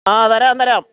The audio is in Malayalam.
ആ വരാം വരാം